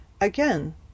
Again